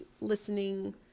listening